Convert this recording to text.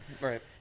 Right